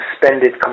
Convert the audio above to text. suspended